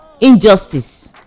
injustice